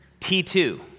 T2